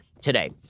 today